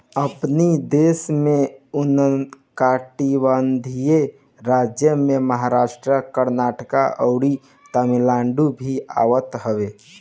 अपनी देश में उष्णकटिबंधीय राज्य में महाराष्ट्र, कर्नाटक, अउरी तमिलनाडु भी आवत हवे